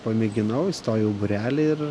pamėginau įstojau į būrelį ir